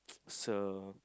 so